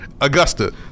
Augusta